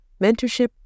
mentorship